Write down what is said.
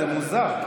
זה מוזר,